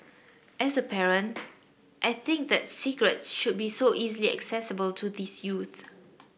as a parent I think that cigarettes should be so easily accessible to these youths